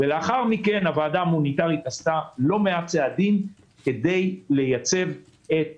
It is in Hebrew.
ולאחר מכן הוועדה המוניטרית עשתה לא מעט צעדים כדי לייצב את האשראי,